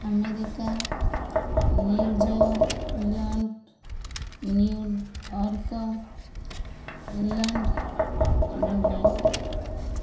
America New Zealand New York England Dubai